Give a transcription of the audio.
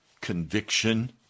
conviction